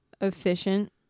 efficient